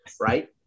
right